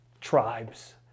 tribes